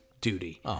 duty